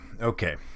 Okay